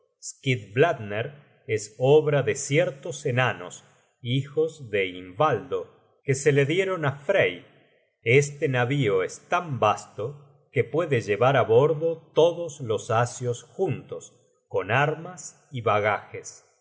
mayor skidbladner es obra de ciertos enanos hijos de invaldo que se le dieron á frey este navío es tan vasto que puede llevar á bordo todos los asios juntos con armas y bagajes en